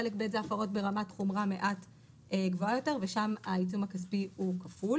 חלק ב' ההפרות ברמת חומרה מעט גבוהה יותר ושם העיצום הכספי הוא כפול.